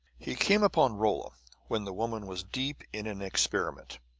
he came upon rolla when the woman was deep in an experiment.